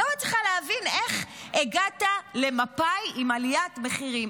לא מצליחה להבין איך הגעת למפא"י עם עליית מחירים.